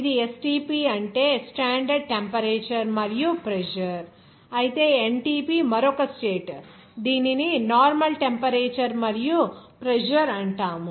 ఇది STP అంటే standard temperature మరియు ప్రెజర్ అయితే NTP మరొక స్టేట్ దీనిని నార్మల్ టెంపరేచర్ మరియు ప్రెజర్ అంటారు